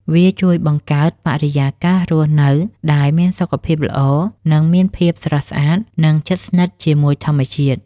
វាជួយបង្កើតបរិយាកាសរស់នៅដែលមានសុខភាពល្អ មានភាពស្រស់ស្អាត និងជិតស្និទ្ធជាមួយធម្មជាតិ។